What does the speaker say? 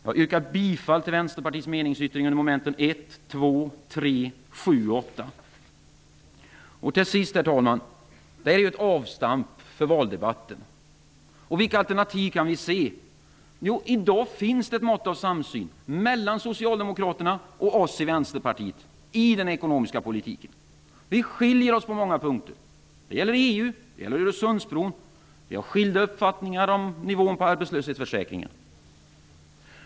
Jag yrkar bifall till Vänsterpartiets meningsyttring under mom. 1,2,3,7 och 8. Herr talman! Denna debatt är en avstamp för valdebatten. Vilka alternativ kan vi se? I dag finns ett mått av samsyn mellan Socialdemokraterna och oss i Vänsterpartiet på den ekonomiska politiken. Vi skiljer oss på många punkter. Det gäller t.ex. EU och Öresundsbron, och vi har skilda uppfattningar om nivån på arbetslöshetsförsäkringen.